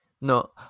No